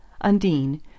Undine